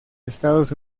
estados